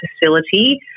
facility